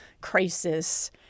crisis